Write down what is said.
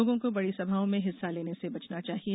लोगों को बड़ी सभाओं में हिस्सा लेने से बचना चाहिए